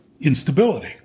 instability